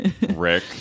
Rick